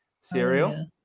cereal